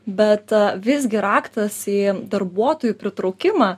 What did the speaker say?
bet visgi raktas į darbuotojų pritraukimą